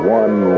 one